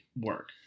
work